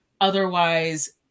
otherwise